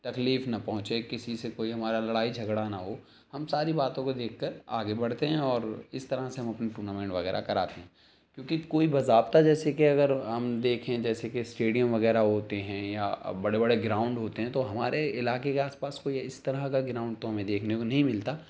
تکلیف نہ پہنچے کسی سے کوئی ہمارا لڑائی جھگڑا نہ ہو ہم ساری باتوں کو دیکھ کر آگے بڑھتے ہیں اور اس طرح سے ہم اپنا ٹورنامنٹ وغیرہ کراتے ہیں کیوںکہ کوئی باضابطہ جیسے کہ اگر ہم دیکھیں جیسے کہ اسٹیڈیم وغیرہ ہوتے ہیں یا بڑے بڑے گراؤنڈ ہوتے ہیں تو ہمارے علاقے کے آس پاس كوئی اس طرح كا گراؤنڈ تو ہمیں دیكھنے كو نہیں ملتا